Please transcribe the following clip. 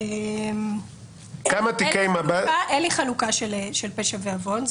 אין לי חלוקה של פשע ועוון.